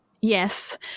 Yes